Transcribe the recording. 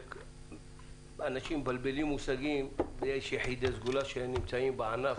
אנשים מבלבלים מושגים ויש יחידי סגולה שנמצאים בענף